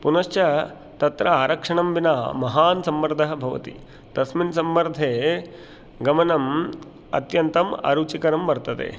पुनश्च तत्र आरक्षणं विना महान् सम्मर्दः भवति तस्मिन् सम्मर्दे गमनम् अत्यन्तम् अरुचिकरं वर्तते